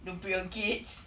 don't prey on kids